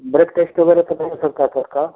break test वगैरह तो नहीं हो सकता कार का